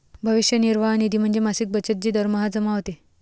भविष्य निर्वाह निधी म्हणजे मासिक बचत जी दरमहा जमा होते